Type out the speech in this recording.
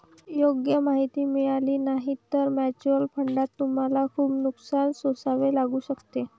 योग्य माहिती मिळाली नाही तर म्युच्युअल फंडात तुम्हाला खूप नुकसान सोसावे लागू शकते